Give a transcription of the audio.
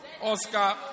Oscar